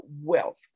wealth